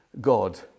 God